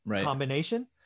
combination